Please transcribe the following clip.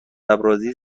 ابرازی